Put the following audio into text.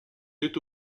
est